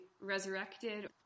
resurrected